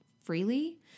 freely